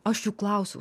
aš jų klausiau